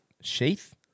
Sheath